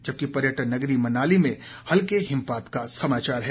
जबकि पर्यटन नगरी मनाली में हल्के हिमपात का समाचार है